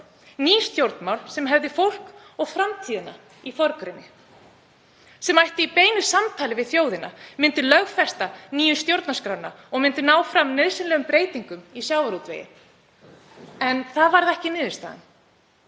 ný stjórnmál sem hefðu fólk og framtíðina í forgrunni, sem ættu í beinu samtali við þjóðina, myndu lögfesta nýju stjórnarskrána og ná fram nauðsynlegum breytingum í sjávarútvegi. En það varð ekki niðurstaðan.